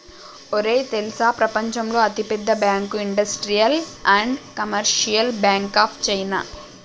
ఒరేయ్ తెల్సా ప్రపంచంలో అతి పెద్ద bank industrial and commercial bank of China